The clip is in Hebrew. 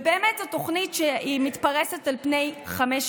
היא לא תימשך, אל תדאגי.